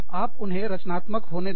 आप उन्हें रचनात्मक होने दें